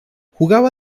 jugaba